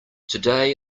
today